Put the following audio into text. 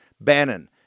Bannon